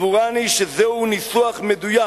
סבורני שזהו ניסוח מדויק